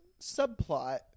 subplot